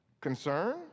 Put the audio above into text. concern